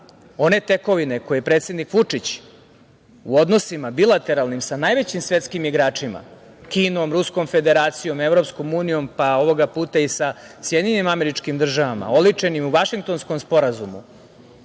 one tekovine koje je predsednik Vučić u odnosima bilateralnim sa najvećim svetskim igračima, Kinom, Ruskom Federacijom, Evropskom unijom, pa ovoga puta i sa SAD, oličenim u Vašingtonskom sporazumu,